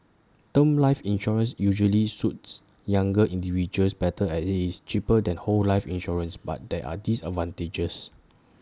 term life insurance usually suits younger individuals better as IT is cheaper than whole life insurance but there are disadvantages